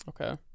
Okay